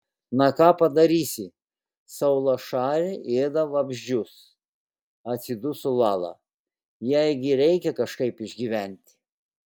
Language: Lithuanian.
na ką padarysi saulašarė ėda vabzdžius atsiduso lala jai gi reikia kažkaip išgyventi